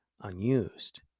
unused